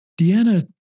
Deanna